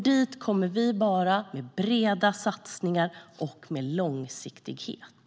Dit kommer vi bara med breda satsningar och med långsiktighet.